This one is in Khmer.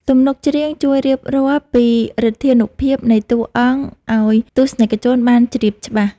ទំនុកច្រៀងជួយរៀបរាប់ពីឫទ្ធានុភាពនៃតួអង្គ ឱ្យទស្សនិកជនបានជ្រាបច្បាស់។